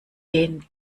den